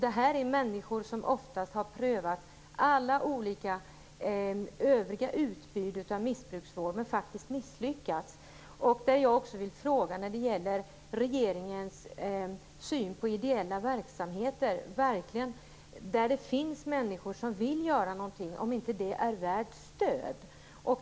Det är människor som oftast har prövat alla olika övriga utbud av missbruksvård men misslyckats. Jag vill ställa en fråga som gäller regeringens syn på ideella verksamheter, där det finns människor som vill göra något. Är inte det värt stöd?